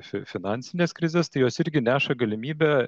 finansines krizes tai jos irgi neša galimybę